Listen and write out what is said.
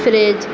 fridge